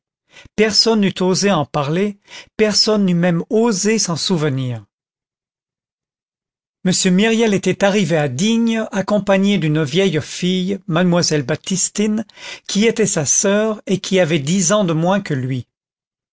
personne n'eût osé en parler personne n'eût même osé s'en souvenir m myriel était arrivé à digne accompagné d'une vieille fille mademoiselle baptistine qui était sa soeur et qui avait dix ans de moins que lui